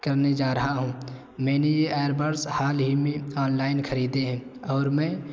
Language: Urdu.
کرنے جا رہا ہوں میں نے یہ ایربرس حال ہی میں آن لائن خریدے ہیں اور میں